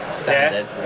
standard